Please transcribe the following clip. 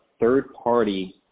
third-party